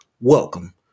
Welcome